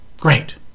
Great